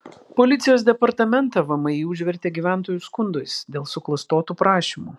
policijos departamentą vmi užvertė gyventojų skundais dėl suklastotų prašymų